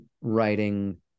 writing